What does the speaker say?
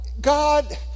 God